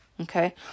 okay